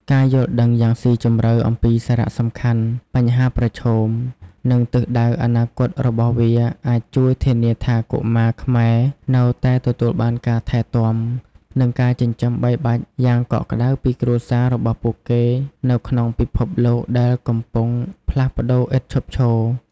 ការយល់ដឹងយ៉ាងស៊ីជម្រៅអំពីសារៈសំខាន់ បញ្ហាប្រឈម និងទិសដៅអនាគតរបស់វា អាចជួយធានាថាកុមារខ្មែរនៅតែទទួលបានការថែទាំ និងការចិញ្ចឹមបីបាច់យ៉ាងកក់ក្ដៅពីគ្រួសាររបស់ពួកគេនៅក្នុងពិភពលោកដែលកំពុងផ្លាស់ប្ដូរឥតឈប់ឈរ។